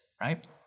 right